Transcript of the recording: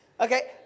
Okay